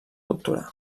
doctorar